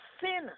sin